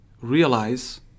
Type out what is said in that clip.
realize